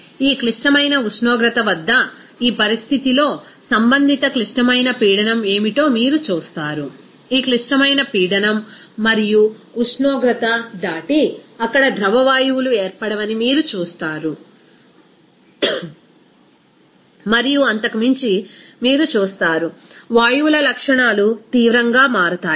కాబట్టి ఈ క్లిష్టమైన ఉష్ణోగ్రత వద్ద ఈ పరిస్థితిలో సంబంధిత క్లిష్టమైన పీడనం ఏమిటో కూడా మీరు చూస్తారు ఈ క్లిష్టమైన పీడనం మరియు ఉష్ణోగ్రత దాటి అక్కడ ద్రవ వాయువులు ఏర్పడవని మీరు చూస్తారు మరియు అంతకు మించి మీరు చూస్తారు వాయువుల లక్షణాలు తీవ్రంగా మారతాయి